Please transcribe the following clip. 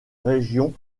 régions